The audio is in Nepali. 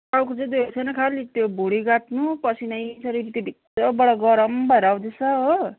टाउको चाहिँ दुखेको छैन खालि त्यो भुँडी काट्नु पसिनै शरीर त्यो भित्रबाट गरम भएर आउँदैछ हो